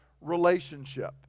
relationship